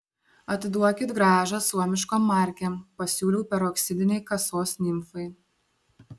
atiduokit grąžą suomiškom markėm pasiūliau peroksidinei kasos nimfai